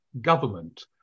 government